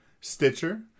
Stitcher